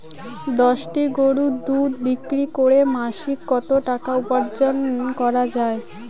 দশটি গরুর দুধ বিক্রি করে মাসিক কত টাকা উপার্জন করা য়ায়?